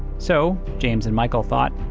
so james and michael thought.